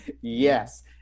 Yes